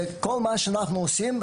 כל מה שאנחנו עושים,